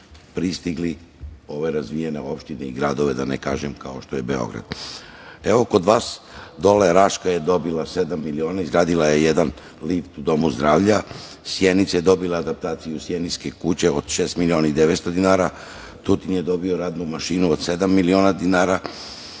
pristigli ove razvijene opštine i gradove, da ne kažem, kao što je Beograd. Evo kod vas, dole, Raška je dobila sedam miliona, izgradila je jedan lift u domu zdravlja, Sjenica je dobila adaptaciju Sjeničke kuće od šest miliona i 900 dinara, Tutin je dobio radnu mašinu od sedam miliona dinara,